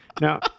now